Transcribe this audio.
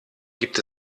gibt